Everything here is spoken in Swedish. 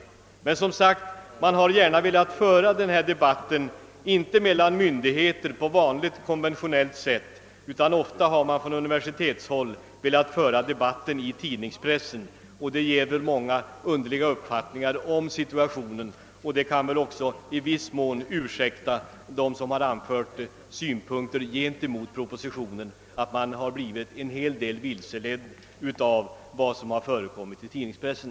Men som sagt: Man har ofta på universitetshåll velat att denna debatt skall föras inte mellan myndigheter på konventionellt sätt utan i tidningspressen. Detta kan ge upphov till många underliga situationer, vilket i viss mån ursäktar dem som nu anfört andra synpunkter än departementschefens. Man har helt enkelt blivit vilseledd och förvirrad av vad som förekommit i tidningspressen.